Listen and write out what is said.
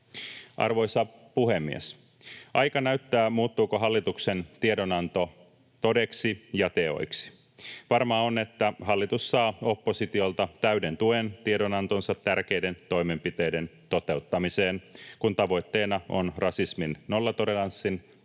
Arvoisa puhemies! Aika näyttää, muuttuuko hallituksen tiedonanto todeksi ja teoiksi. Varmaa on, että hallitus saa oppositiolta täyden tuen tiedonantonsa tärkeiden toimenpiteiden toteuttamiseen, kun tavoitteena on rasismin nollatoleranssin vahvistaminen